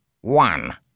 One